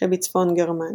שבצפון גרמניה.